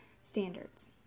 standards